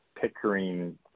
Pickering